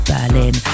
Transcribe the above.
Berlin